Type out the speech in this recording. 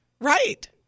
Right